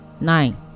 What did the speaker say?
nine